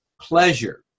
pleasure